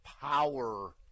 power